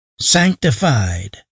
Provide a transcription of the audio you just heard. sanctified